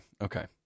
okay